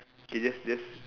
K just just